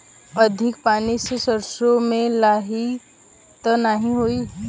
अधिक पानी से सरसो मे लाही त नाही होई?